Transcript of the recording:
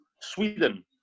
Sweden